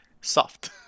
soft